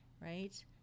right